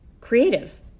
creative